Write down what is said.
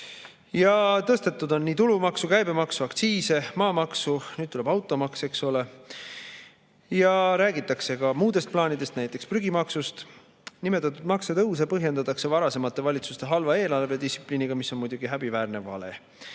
Tõstetud on tulumaksu, käibemaksu, aktsiise, maamaksu. Nüüd tuleb automaks, eks ole. Ja räägitakse ka muudest plaanidest, näiteks prügimaksust. Nimetatud maksutõuse põhjendatakse varasemate valitsuste halva eelarvedistsipliiniga, mis on muidugi häbiväärne vale.